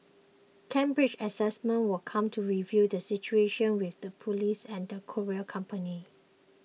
Cambridge Assessment will continue to review the situation with the police and the courier company